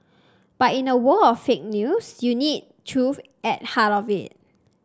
but in a world of fake news you need truth at heart of it